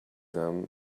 them